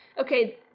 Okay